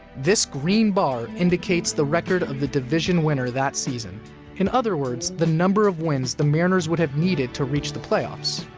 this green bar indicates the record of the division winner that season in other words, the number of wins the mariners would have needed to reach the playoffs.